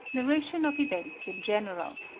narration of events in general.